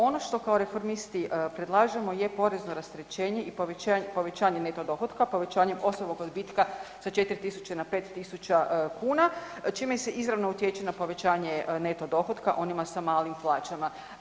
Ono što kao reformisti predlažemo je porezno rasterećenje i povećanje neto dohotka, povećanje osobnog odbitka sa 4 na 5 tisuća kuna, čime se izravno utječe na povećanje neto dohotka onima sa malim plaćama.